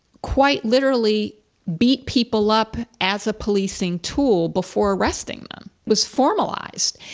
quite literally beat people up as a policing tool before arresting them was formalized.